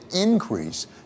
increase